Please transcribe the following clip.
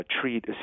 treat